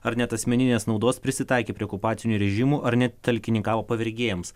ar net asmeninės naudos prisitaikė prie okupacinių režimų ar net talkininkavo pavergėjams